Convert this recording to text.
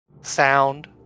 sound